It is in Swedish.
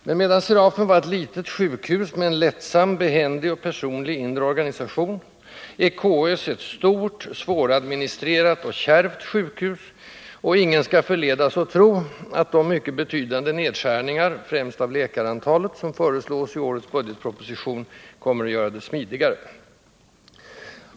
Men medan Serafen var ett litet sjukhus med en lättsam, behändig och personlig inre organisation, är KS ett stort, svåradministrerat och kärvt sjukhus, och ingen skall förledas att tro att de mycket betydande nedskärningar, främst av läkarantalet, som föreslås i årets budgetproposition, kommer att göra det smidigare.